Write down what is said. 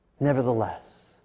Nevertheless